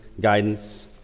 guidance